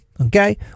okay